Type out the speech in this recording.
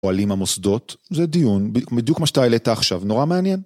פועלים המוסדות, זה דיון, בדיוק מה שאתה העלית עכשיו, נורא מעניין.